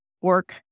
work